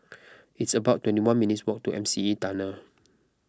it's about twenty one minutes' walk to M C E Tunnel